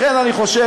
לכן אני חושב,